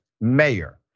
mayor